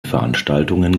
veranstaltungen